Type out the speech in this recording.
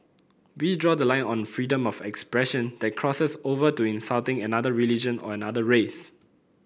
we draw the line on freedom of expression that crosses over to insulting another religion or another race